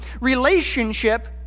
relationship